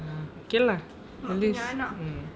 ah okay lah at least um